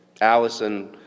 Allison